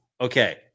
Okay